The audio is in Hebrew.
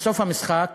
בסוף המשחק